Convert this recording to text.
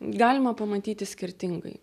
galima pamatyti skirtingai